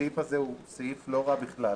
הסעיף הזה הוא סעיף לא רע בכלל,